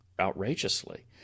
outrageously